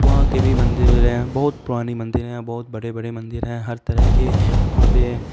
وہاں کے بھی مندر میں رہے ہیں بہت پرانی مندر ہے بہت بڑے بڑے مندر ہیں ہر طرح کی وہاں پہ